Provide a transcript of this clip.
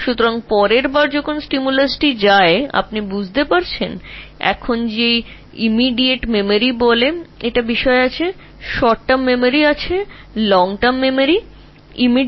সুতরাং পরের বার যখন উদ্দীপনাটি প্রবেশ করবে তুমি বুঝতে পারছ যে এমন কিছু আছে যার নাম তাৎক্ষণিক স্মৃতি স্বল্পমেয়াদী স্মৃতি দীর্ঘমেয়াদী স্মৃতি